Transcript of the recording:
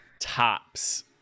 tops